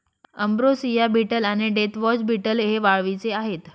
ambrosia beetle आणि deathwatch beetle हे वाळवीचे आहेत